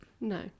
No